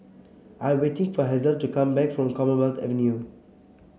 I am waiting for Hazelle to come back from Commonwealth Avenue